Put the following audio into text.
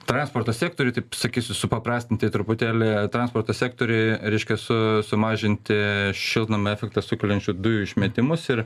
transporto sektoriuj taip sakysiu supaprastinti truputėlį transporto sektoriui reiškia su sumažinti šiltnamio efektą sukeliančių dujų išmetimus ir